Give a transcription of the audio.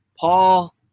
paul